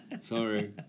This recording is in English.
sorry